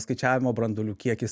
skaičiavimo branduolių kiekis